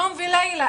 יום ולילה,